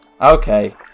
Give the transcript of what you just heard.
Okay